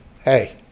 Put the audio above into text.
hey